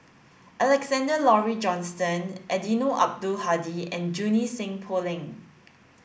Alexander Laurie Johnston Eddino Abdul Hadi and Junie Sng Poh Leng